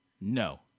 No